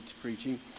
preaching